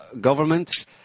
governments